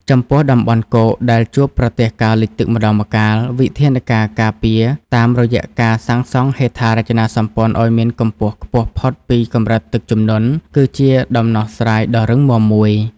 ចំពោះតំបន់គោកដែលជួបប្រទះការលិចទឹកម្តងម្កាល វិធានការការពារតាមរយៈការសាងសង់ហេដ្ឋារចនាសម្ព័ន្ធឱ្យមានកម្ពស់ខ្ពស់ផុតពីកម្រិតទឹកជំនន់គឺជាដំណោះស្រាយដ៏រឹងមាំមួយ។